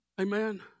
Amen